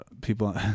people